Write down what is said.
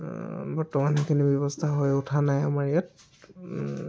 বৰ্তমান সেইখিনি ব্যৱস্থা হৈ উঠা নাই আমাৰ ইয়াত